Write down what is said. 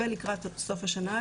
ולקראת סוף השנה,